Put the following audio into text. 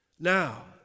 Now